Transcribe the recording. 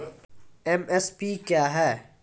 MSP क्या है?